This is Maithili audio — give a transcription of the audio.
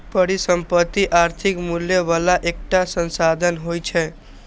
परिसंपत्ति आर्थिक मूल्य बला एकटा संसाधन होइ छै